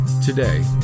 Today